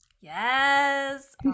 yes